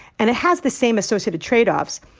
and it has the same associated tradeoffs.